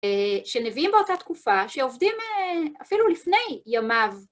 שנביאים באותה תקופה, שעובדים אפילו לפני ימיו.